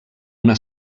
una